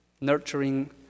nurturing